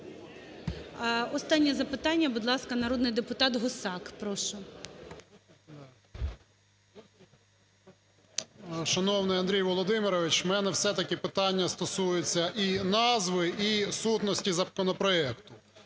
Останнє запитання, будь ласка, народний депутат Гусак. Прошу. 13:56:53 ГУСАК В.Г. Шановний Андрію Володимировичу, у мене все-таки питання стосується і назви, і сутності законопроекту.